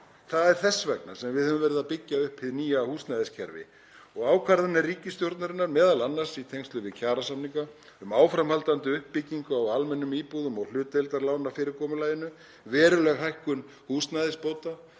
Það er þess vegna sem við höfum verið að byggja upp hið nýja húsnæðiskerfi og ákvarðanir ríkisstjórnarinnar, m.a. í tengslum við kjarasamninga, um áframhaldandi uppbyggingu á almennum íbúðum og hlutdeildarlánafyrirkomulagið, veruleg hækkun húsnæðisbóta